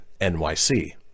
NYC